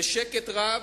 בשקט רב,